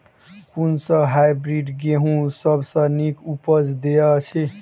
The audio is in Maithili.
कुन सँ हायब्रिडस गेंहूँ सब सँ नीक उपज देय अछि?